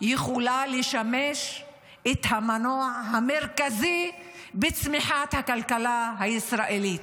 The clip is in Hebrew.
יכולה לשמש המנוע המרכזי בצמיחת הכלכלה הישראלית.